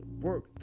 work